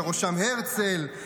ובראשם הרצל,